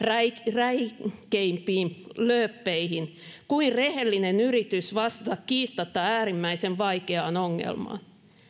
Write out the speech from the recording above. räikeimpiin lööppeihin kuin rehellinen yritys vastata kiistatta äärimmäisen vaikeaan ongelmaan